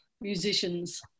musicians